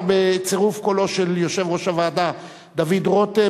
14, בצירוף קולו של יושב-ראש הוועדה דוד רותם.